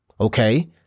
Okay